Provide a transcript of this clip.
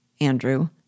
Andrew